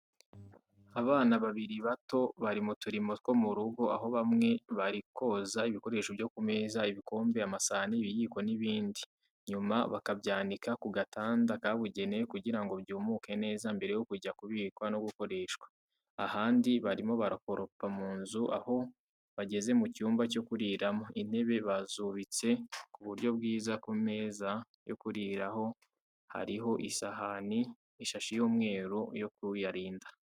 Abana babiri bato bari mu turimo two mu rugo, aho hamwe barikoza ibikoresho byo ku meza: ibikombe, amasahani, ibiyiko n'ibindi, nyuma bakabyanika ku gatanda kabugenewe kugira ngo byumuke neza mbere yo kujya kubikwa no gukoreshwa. Ahandi barimo barakoropa mu nzu, aho bageze mu cyumba cyo kuriramo, intebe bazubitse ku buryo bwiza ku meza yo kuriraho hariho ishashi y'umweru yo kuyarinda.